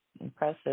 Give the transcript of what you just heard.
impressive